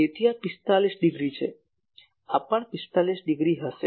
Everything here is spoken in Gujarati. તેથી આ 45 ડિગ્રી છે આ પણ 45 ડિગ્રી હશે